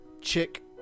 chick